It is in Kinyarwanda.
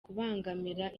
kubangamira